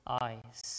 eyes